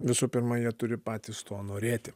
visų pirma jie turi patys to norėti